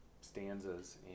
stanzas